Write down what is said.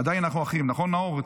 עדיין אנחנו אחים, נכון, נאור?